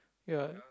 ya